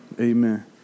amen